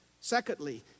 Secondly